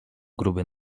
gruby